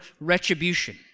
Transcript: retribution